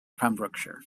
pembrokeshire